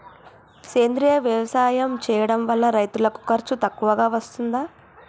సేంద్రీయ వ్యవసాయం చేయడం వల్ల రైతులకు ఖర్చు తక్కువగా వస్తదా?